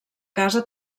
casa